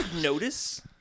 notice